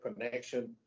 connection